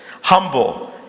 humble